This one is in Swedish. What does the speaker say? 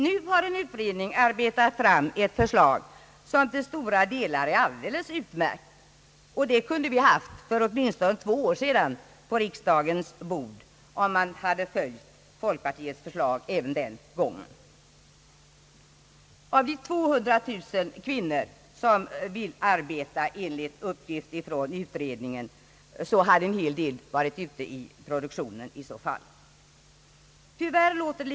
Nu har en utredning arbetat fram ett förslag som till stora delar är alldeles utmärkt. Det kunde vi ha haft för åtminstone två år sedan på riksdagens bord, om man följt folkpartiets förslag första gången det lades fram. Av de 200 000 kvinnor som vill arbeta, enligt uppgift från utredningen, hade då en hel del varit ute i produktionen vid det här laget.